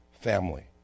family